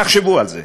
תחשבו על זה.